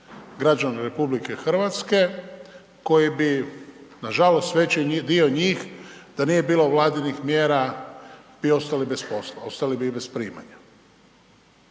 građana RH koji bi nažalost veći dio njih da nije bilo vladinih mjera bi ostali bez posla, ostali bi i bez primanja.